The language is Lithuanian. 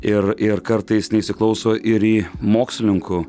ir ir kartais neįsiklauso ir į mokslininkų